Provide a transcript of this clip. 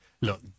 look